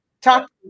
Talk